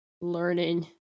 learning